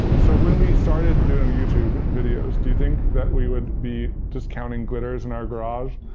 so when we started doing youtube videos, do you think that we would be just counting glitters in our garage,